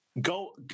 go